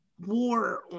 war